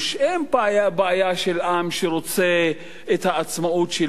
אין בעיה של עם שרוצה את העצמאות שלו,